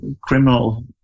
criminal